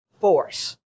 force